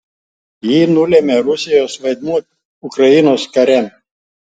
jį nulėmė rusijos vaidmuo ukrainos kare